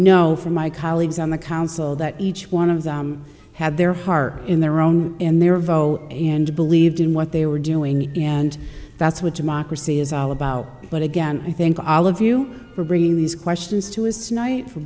know from my colleagues on the council that each one of them had their heart in their own in their vote and believed in what they were doing and that's what democracy is all about but again i think all of you for bringing these questions to his night for